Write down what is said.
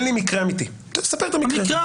ספר את המקרה.